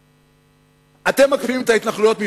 אתם מקפיאים את ההתנחלויות?